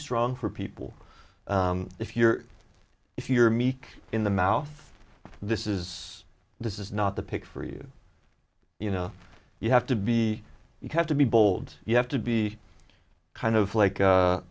strong for people if you're if you're meek in the mouth this is this is not the pick for you you know you have to be you have to be bold you have to be kind of like